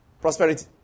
prosperity